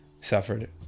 suffered